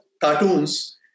cartoons